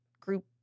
group